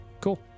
Cool